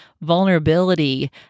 vulnerability